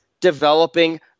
developing